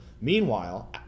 Meanwhile